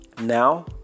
Now